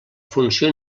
funció